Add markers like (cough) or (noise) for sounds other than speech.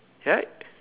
(noise)